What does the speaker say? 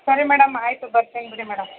ಸರಿ ಮೇಡಮ್ ಆಯಿತು ಬರ್ತೀನಿ ಬಿಡಿ ಮೇಡಮ್